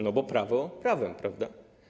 No bo prawo prawem, prawda?